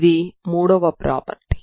ఇది మూడవ ప్రాపర్టీ